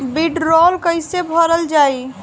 वीडरौल कैसे भरल जाइ?